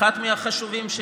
אחד מהחשובים שיש,